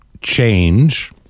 change